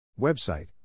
Website